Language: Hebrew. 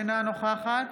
אינה נוכחת